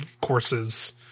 courses